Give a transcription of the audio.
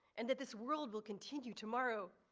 and that this world will continue tomorrow.